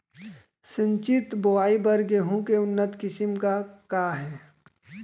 सिंचित बोआई बर गेहूँ के उन्नत किसिम का का हे??